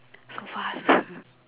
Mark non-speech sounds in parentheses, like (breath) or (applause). so fast (breath)